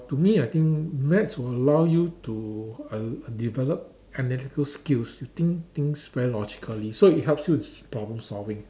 to me I think maths will allow you to err develop analytical skills you think things very logically so it helps you in problem solving